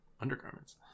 Undergarments